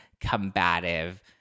combative